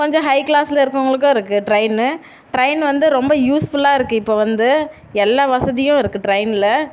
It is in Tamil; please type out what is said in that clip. கொஞ்சம் ஹை க்ளாஸில் இருக்கிறவங்களுக்கும் இருக்குது ட்ரெயின்னு ட்ரெயின் வந்து ரொம்ப யூஸ்ஃபுல்லாக இப்போ வந்து எல்லா வசதியும் இருக்குது ட்ரெயினில்